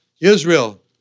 Israel